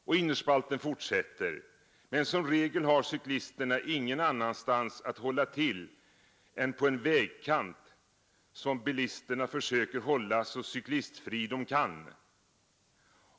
Och Innerspalten fortsätter: ”Men som regel har cyklisterna ingen annanstans att hålla till än på en vägkant som bilisterna försöker hålla så cyklistfri dom kan.